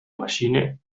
maschine